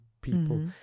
people